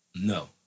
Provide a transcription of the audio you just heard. No